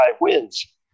wins